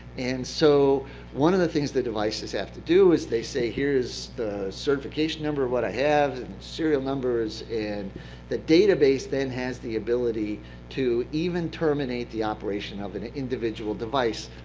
and so one of the things the devices have to do is they say here is the certification number of what i have and serial numbers, and the database then has the ability to even terminate the operation of an individual device,